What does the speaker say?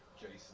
Jason